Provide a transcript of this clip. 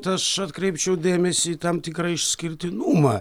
aš atkreipčiau dėmesį į tam tikrą išskirtinumą